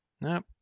Nope